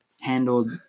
handled